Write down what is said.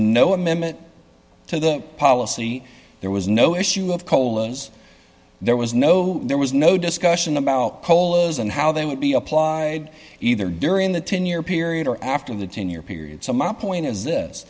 amendment to the policy there was no issue of colos there was no there was no discussion about polos and how they would be applied either during the ten year period or after the ten year period so my point is this